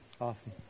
Awesome